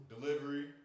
delivery